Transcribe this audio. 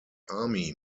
army